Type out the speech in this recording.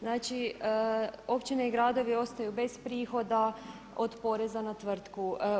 Znači, općine i gradovi ostaju bez prihoda od poreza na tvrtku.